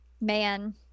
Man